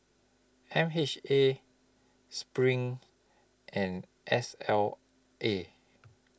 M H A SPRING and S L A